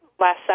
Last